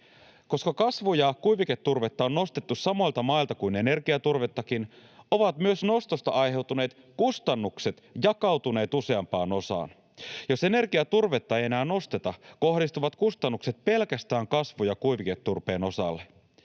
Koska kasvu- ja kuiviketurvetta on nostettu samoilta mailta kuin energiaturvettakin, ovat myös nostosta aiheutuneet kustannukset jakautuneet useampaan osaan. Jos energiaturvetta ei enää nosteta, kohdistuvat kustannukset pelkästään kasvu- ja kuiviketurpeen osalle.